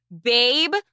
Babe